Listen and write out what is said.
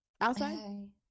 outside